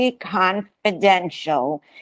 confidential